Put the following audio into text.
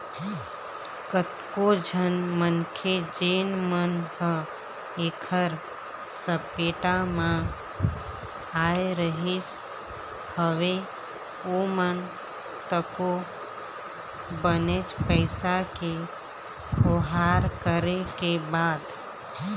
कतको झन मनखे जेन मन ह ऐखर सपेटा म आय रिहिस हवय ओमन तको बनेच पइसा के खोहार करे के बाद